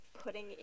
putting